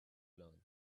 learn